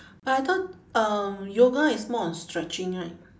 but I thought um yoga is more on stretching right